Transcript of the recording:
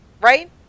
Right